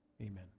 Amen